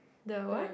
the what